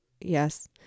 yes